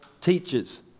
teachers